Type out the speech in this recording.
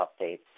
updates